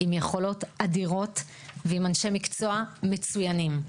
עם יכולות אדירות ועם אנשי מקצוע מצוינים.